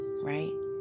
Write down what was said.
right